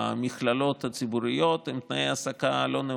במכללות הציבוריות הם תנאי העסקה לא נאותים.